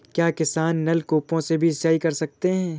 क्या किसान नल कूपों से भी सिंचाई कर सकते हैं?